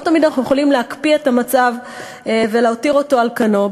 לא תמיד אנחנו יכולים להקפיא את המצב ולהותיר אותו על כנו,